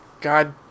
God